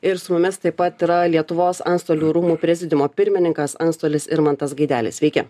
ir su mumis taip pat yra lietuvos antstolių rūmų prezidiumo pirmininkas antstolis irmantas gaidelis sveiki